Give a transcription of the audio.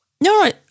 No